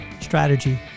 strategy